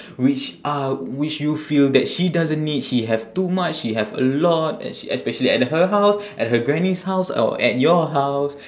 which uh which you feel that she doesn't need she have too much she have a lot e~ especially at her house at her granny's house or at your house